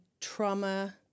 trauma